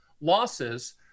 losses